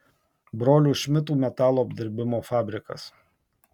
brolių šmidtų metalo apdirbimo fabrikas